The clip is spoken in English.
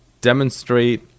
demonstrate